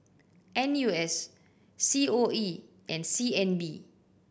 N U S C O E and C N B